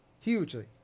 Hugely